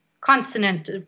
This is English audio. consonant